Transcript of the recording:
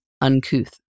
uncouth